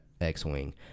X-Wing